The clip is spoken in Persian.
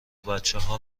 بچهها